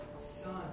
Son